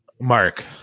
Mark